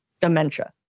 dementia